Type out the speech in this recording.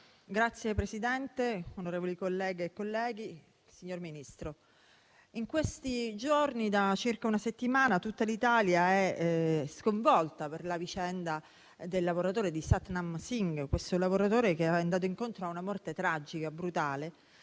Signora Presidente, onorevoli colleghe e colleghi, signor Ministro, in questi giorni da circa una settimana tutta l'Italia è coinvolta per la vicenda, del lavoratore Satnam Singh, un lavoratore che è andato incontro a una morte tragica, brutale,